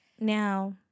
Now